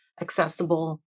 accessible